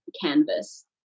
canvas